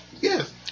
Yes